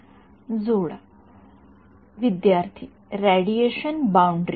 विद्यार्थीः जोडा एक जोडा विद्यार्थीः रेडिएशन बाउंडरी